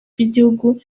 bw’igihugu